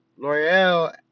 L'Oreal